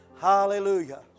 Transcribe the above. hallelujah